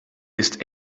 ist